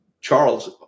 Charles